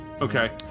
Okay